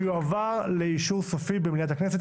ויועבר לאישור סופי במליאת הכנסת.